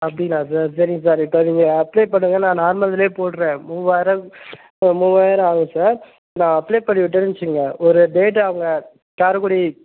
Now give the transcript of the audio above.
அப்படிங்களா சார் சரிங்க சார் இப்போ நீங்கள் அப்ளை பண்ணுங்கள் நான் நார்மல் இதுலேயே போடுறேன் மூவாயிரம் மூவாயிரம் ஆகும் சார் நான் அப்ளை பண்ணி விட்டேன்னு வைச்சுக்கங்க ஒரு டேட் அவங்க காரைக்குடி